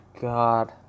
God